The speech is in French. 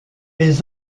les